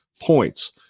points